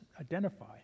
identify